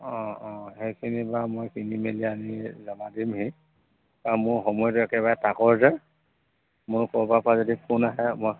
অঁ অঁ সেইখিনিৰ পৰা মই কিনি মেলি আনি জমা দিমহি মোৰ সময়টো একেবাৰে তাকৰ যে মোৰ ক'ৰোবাৰ পৰা যদি ফোন আহে মই